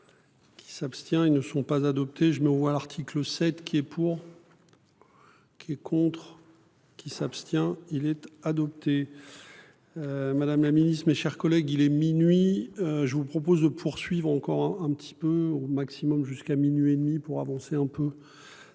Qui s'abstient. Ils ne sont pas adoptés. Je ne vois l'article 7 qui est pour. Qui est contre. Qui s'abstient-il être adopté. Madame la Ministre, mes chers collègues. Il est minuit. Je vous propose de poursuivre encore un petit peu au maximum jusqu'à minuit et demi pour avancer un peu.